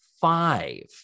five